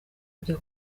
kujya